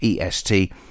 EST